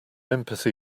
empathy